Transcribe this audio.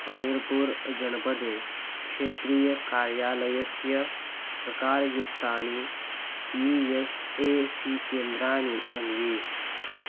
हमीर्पुर् जनपदे क्षेत्रीयकार्यालयस्य प्रकारयुक्ताणि ई एस् ए सी केन्द्राणि अन्विष